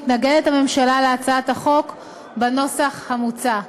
הממשלה מתנגדת להצעת החוק בנוסח המוצע.